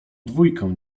dwójkę